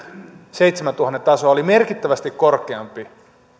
seitsemäntuhannen tasoa merkittävästi korkeampi